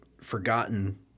forgotten